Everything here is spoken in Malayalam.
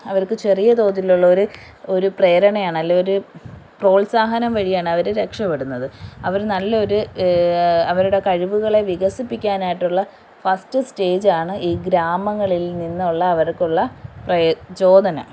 അവർക്ക് ചെറിയ തോതിൽ ഉള്ളോരു ഒരു പ്രേരണയാണ് അലെങ്കിൽ പ്രോത്സാഹനം വഴിയാണ് അവർ രക്ഷപ്പെടുന്നത് അവർ നല്ലൊരു അവരുടെ കഴിവുകളെ വികസിപ്പിക്കാൻ ആയിട്ടുള്ള ഫസ്റ്റ് സ്റ്റേജ് ആണ് ഈ ഗ്രാമങ്ങളിൽ നിന്നുള്ള അവർക്കുള്ള പ്രചോദനം